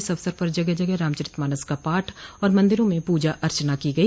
इस अवसर पर जगह जगह रामचरितमानस का पाठ और मंदिरों में प्रजा अर्चना की गई